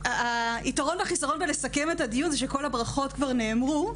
היתרון והחיסרון בלסכם את הדיון זה שכל הברכות כבר נאמרו,